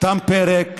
תם פרק,